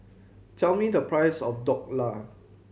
tell me the price of Dhokla